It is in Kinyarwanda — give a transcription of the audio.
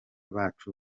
bacu